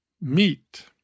Meet